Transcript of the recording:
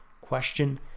question